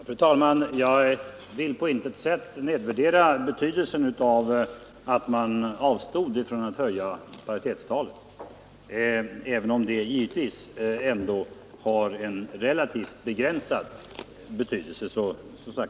Fru talman! Jag vill på intet sätt nedvärdera betydelsen av att man avstod från att höja paritetstalet, även om det givetvis har en relativt begränsad betydelse.